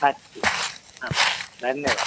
अस्तु धन्यवादः